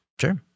Sure